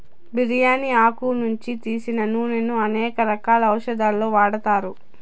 బిర్యాని ఆకు నుంచి తీసిన నూనెను అనేక రకాల ఔషదాలలో వాడతారు